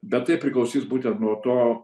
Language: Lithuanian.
bet tai priklausys būtent nuo to